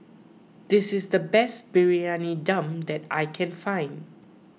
this is the best Briyani Dum that I can find